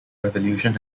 revolution